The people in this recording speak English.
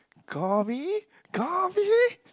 call me call me